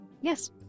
Yes